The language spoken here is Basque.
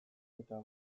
eta